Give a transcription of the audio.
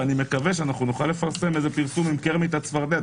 ואני מקווה שאנחנו נוכל לפרסם איזה פרסום עם קרמיט הצפרדע,